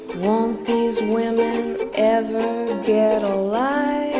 won't these women ever get a? like